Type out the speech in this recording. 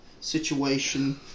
situation